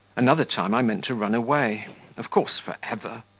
another time i meant to run away, of course for ever,